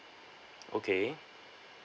okay